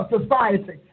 society